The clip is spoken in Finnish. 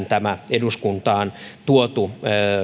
tämä eduskuntaan tuotu